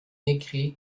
écrit